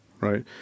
right